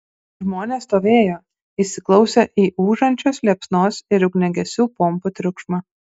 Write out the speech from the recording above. žmonės stovėjo įsiklausę į ūžiančios liepsnos ir ugniagesių pompų triukšmą